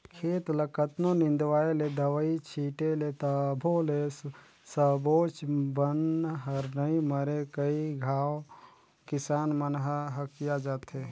खेत ल कतनों निंदवाय ले, दवई छिटे ले तभो ले सबोच बन हर नइ मरे कई घांव किसान मन ह हकिया जाथे